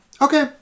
Okay